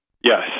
Yes